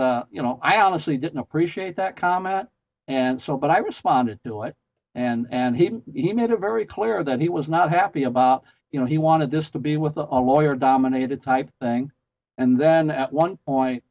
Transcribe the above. just you know i honestly didn't appreciate that comment and so but i responded to it and he he made it very clear that he was not happy about you know he wanted this to be with a lawyer dominated type thing and then at one point